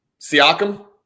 Siakam